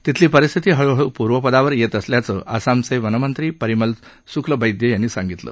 तिथली परिस्थिती हळूहळू पूर्वपदावर येत असल्याचं आसामचे वनमंत्री परिमल सुक्लबद्धीयांनी सांगितलं